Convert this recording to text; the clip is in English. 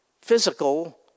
physical